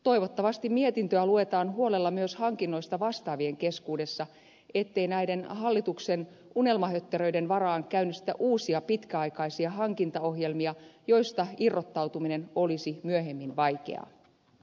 toivottavasti mietintöä luetaan huolella myös hankinnoista vastaavien keskuudessa ettei näiden hallituksen unelmahötteröiden varaan käynnistetä uusia pitkäaikaisia hankintaohjelmia joista irrottautuminen olisi myöhemmin vaikeaa